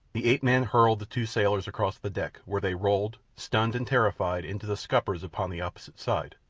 the ape-man hurled the two sailors across the deck, where they rolled, stunned and terrified, into the scuppers upon the opposite side,